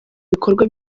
bikorwa